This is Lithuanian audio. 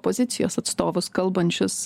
pozicijos atstovus kalbančius